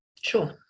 Sure